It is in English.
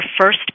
first